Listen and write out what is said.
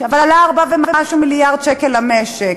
אבל עלה 4 ומשהו מיליארד שקל למשק.